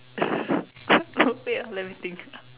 wait ah let me think